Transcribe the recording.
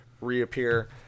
reappear